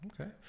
Okay